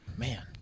Man